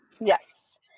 Yes